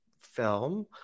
film